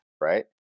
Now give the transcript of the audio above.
right